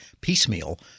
piecemeal